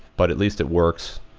but at least it works.